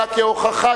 אלא כהוכחה,